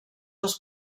els